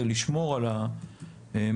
זה לשמור על המדינה.